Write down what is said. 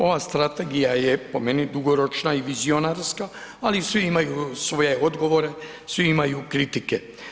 Ova Strategija je po meni dugoročna i vizionarska, ali svi imaju svoje odgovore, svi imaju kritike.